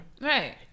right